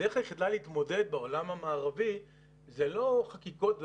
הדרך היחידה להתמודד בעולם המערבי היא לא חקיקות,